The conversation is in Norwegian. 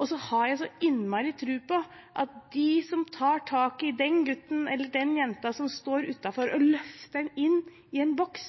Jeg har så innmari tro på at når de som tar tak i den gutten eller den jenta som står utenfor, og løfter dem inn i en boks,